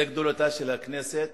זו גדולתה של הכנסת,